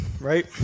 right